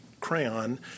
crayon